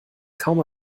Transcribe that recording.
kaum